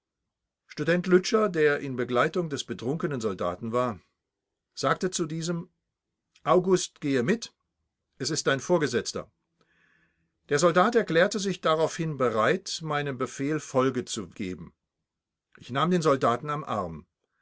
student lütscher der in begleitung des betrunkenen soldaten war sagte zu diesem august gehe mit es ist dein vorgesetzter der soldat erklärte sich daraufhin bereit meinem befehl folge zu geben ich nahm den soldaten am arm